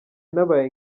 nabaye